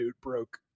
broke